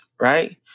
right